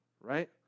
right